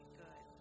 good